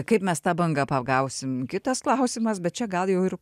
kaip mes tą bangą pagausim kitas klausimas bet čia gal jau ir